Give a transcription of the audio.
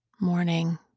morning